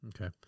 Okay